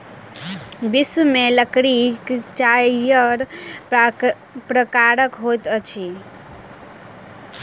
विश्व में लकड़ी चाइर प्रकारक होइत अछि